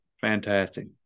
Fantastic